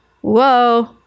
whoa